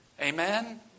Amen